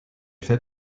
fait